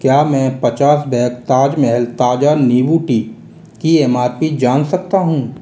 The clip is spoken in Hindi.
क्या मैं पचास बैग ताज महल ताज़ा नींबू टी की एम आर पी जान सकता हूँ